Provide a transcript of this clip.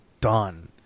done